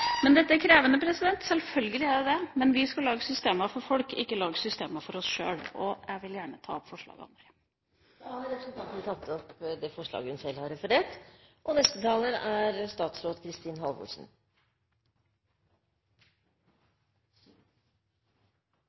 Dette er krevende, selvfølgelig er det det. Men vi skal lage systemer for folk, ikke for oss sjøl. Jeg vil gjerne ta opp forslagene våre. Representanten Trine Skei Grande har tatt opp de forslagene hun